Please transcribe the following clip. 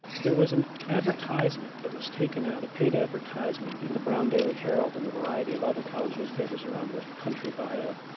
there was an advertisement that was taken out a paid advertisement in the brown daily herald and a variety of other college newspapers around the country by a